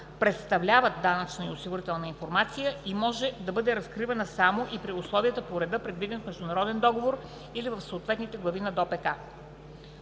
представляват данъчна и осигурителна информация и може да бъде разкривана само при условията и по реда, предвидени в международен договор или в съответните глави от ДОПК.